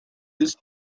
his